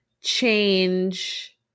change